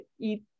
eat